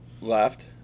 left